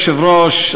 אדוני היושב-ראש,